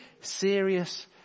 serious